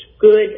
good